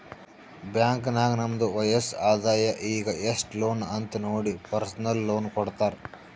bank ನಾಗ್ ನಮ್ದು ವಯಸ್ಸ್, ಆದಾಯ ಈಗ ಎಸ್ಟ್ ಲೋನ್ ಅಂತ್ ನೋಡಿ ಪರ್ಸನಲ್ ಲೋನ್ ಕೊಡ್ತಾರ್